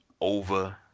over